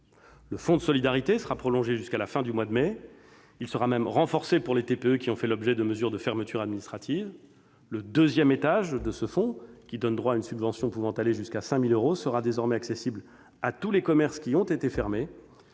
Le fonds de solidarité sera prolongé jusqu'à la fin du mois de mai, il sera même renforcé pour les très petites entreprises (TPE) qui ont fait l'objet de mesures de fermeture administrative. Le deuxième étage de ce fonds, qui donne droit à une subvention pouvant aller jusqu'à 5 000 euros, sera désormais accessible à tous les commerces qui ont été fermés,